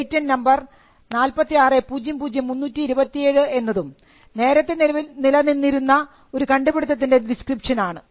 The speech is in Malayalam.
പേറ്റന്റ് നമ്പർ 4600327 എന്നതും നേരത്തെ നിലനിന്നിരുന്ന ഒരു കണ്ടുപിടുത്തത്തിൻറെ ഡിസ്ക്രിപ്ഷൻ ആണ്